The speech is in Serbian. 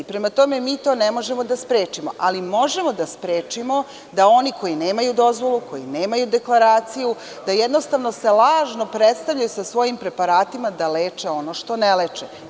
Prema tome, mi to ne možemo da sprečimo, ali možemo da sprečimo da oni koji nemaju dozvolu, koji nemaju deklaraciju, koji se lažno predstavljaju sa svojim preparatima da leče ono što ne leče.